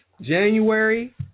January